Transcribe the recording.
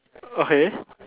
okay